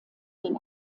den